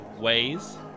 ways